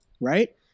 Right